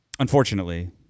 Unfortunately